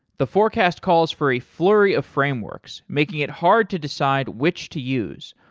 the forecast calls for a flurry of frameworks making it hard to decide which to use,